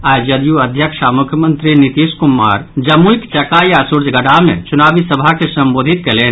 आई जदयू अध्यक्ष आ मुख्यमंत्री नीतीश कुमार जमुईक चकाई आ सूर्यगढ़ा मे चुनावी सभा के संबोधित कयलनि